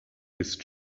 ist